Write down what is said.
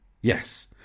Yes